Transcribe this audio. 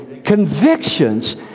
Convictions